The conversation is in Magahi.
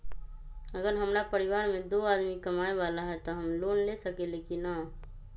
अगर हमरा परिवार में दो आदमी कमाये वाला है त हम लोन ले सकेली की न?